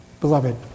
Beloved